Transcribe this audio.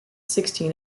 sixteen